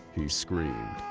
he screamed.